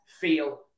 feel